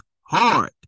hard